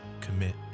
commit